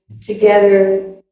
together